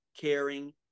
caring